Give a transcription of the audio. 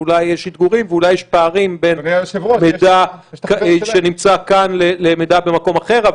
ואולי יש אתגורים ואולי יש פערים בין מידע שנמצא כאן למידע במקום אחר.